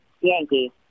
Yankee